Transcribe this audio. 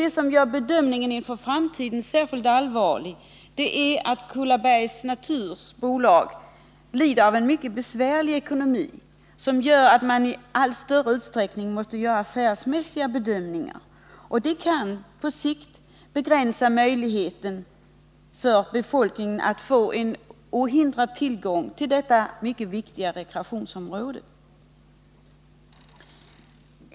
Det som gör bedömningen inför framtiden särskilt svår är att AB Kullabergs Natur har en mycket besvärlig ekonomi. Det får till följd att man i allt större utsträckning måste göra affärsmässiga bedömningar. Det kan på sikt begränsa möjligheten för befolkningen att utan hinder få tillgång till detta mycket viktiga rekreationsområde.